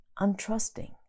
untrusting